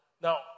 Now